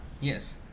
yes